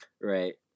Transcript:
Right